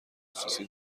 خصوصی